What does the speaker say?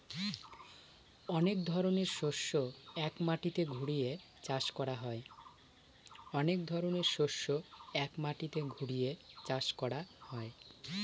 অনেক ধরনের শস্য এক মাটিতে ঘুরিয়ে চাষ করা হয়